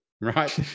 right